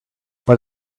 but